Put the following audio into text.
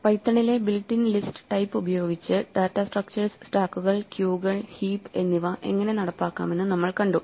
പൈത്തണിലെ built in list type ഉപയോഗിച്ച് data structures സ്റ്റാക്കുകൾ ക്യൂകൾ ഹീപ്പ് എന്നിവ എങ്ങനെ നടപ്പാക്കാമെന്ന് നമ്മൾ കണ്ടു